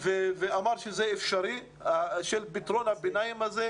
והוא אמר שפתרון הביניים הזה אפשרי,